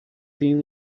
thin